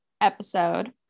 episode